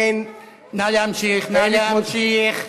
נא להמשיך, נא להמשיך.